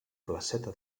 placeta